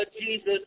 Jesus